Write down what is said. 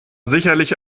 sicherlich